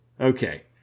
Okay